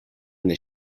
this